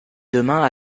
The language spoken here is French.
demain